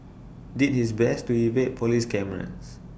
did his best to evade Police cameras